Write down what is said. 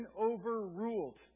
overruled